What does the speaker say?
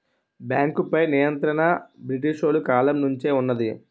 బేంకుపై నియంత్రణ బ్రిటీసోలు కాలం నుంచే వున్నది